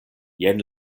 jen